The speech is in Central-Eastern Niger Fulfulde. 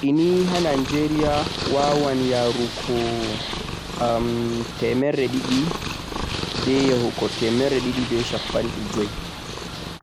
leɗɗe nii ha Nigeria wawan yarugo temerre ɗiɗi